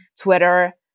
Twitter